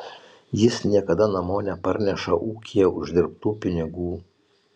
jis niekada namo neparneša ūkyje uždirbtų pinigų